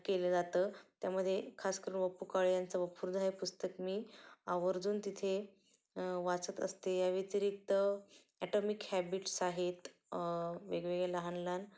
केलं जातं त्यामध्ये खासकरून वपु काळे यांचं वपुर्झा हे पुस्तक मी आवर्जून तिथे वाचत असते या व्यतिरिक्त ॲटॉमिक हॅबिट्स आहेत वेगवेगळ्या लहान लहान